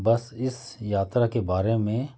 बस इस यात्रा के बारे में